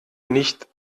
nicht